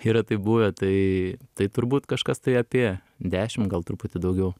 yra taip buvę tai tai turbūt kažkas tai apie dešim gal truputį daugiau